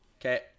Okay